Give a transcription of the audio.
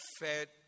fed